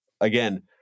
again